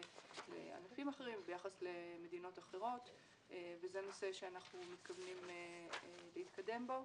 לענפים אחרים וביחס למדינות אחרות וזה נושא שאנחנו מתכוונים להתקדם בו.